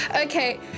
Okay